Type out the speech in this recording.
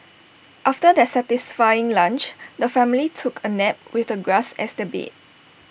after their satisfying lunch the family took A nap with the grass as their bed